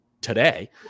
today